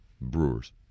brewers